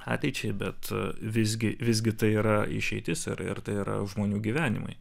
ateičiai bet visgi visgi tai yra išeitis ir ir tai yra žmonių gyvenimai